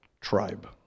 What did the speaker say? tribe